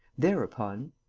thereupon.